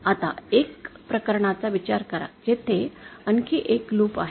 आता एक प्रकरणाचा विचार करा जेथे आणखी एक लूप आहे